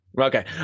Okay